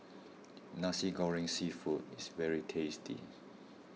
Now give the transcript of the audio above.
Nasi Goreng Seafood is very tasty